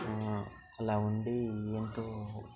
అలా ఉండి ఎంతో